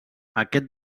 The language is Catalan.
aquest